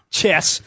Chess